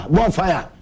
Bonfire